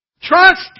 Trust